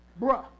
bruh